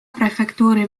prefektuuri